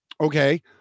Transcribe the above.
okay